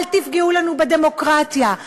אל תפגעו לנו בדמוקרטיה,